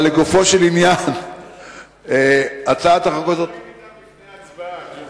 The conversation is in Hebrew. למה לריב אתם לפני ההצבעה, ג'ומס?